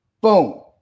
boom